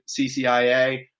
CCIA